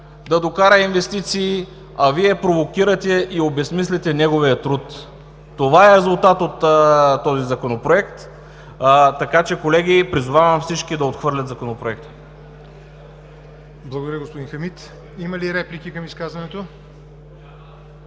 Благодаря, господин Хамид. Има ли реплики към изказването? Не